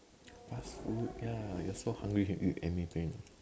fast food ya you're so hungry you can eat anything